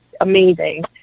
amazing